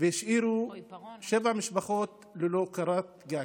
והשאירו שבע משפחות ללא קורת גג.